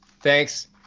Thanks